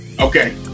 okay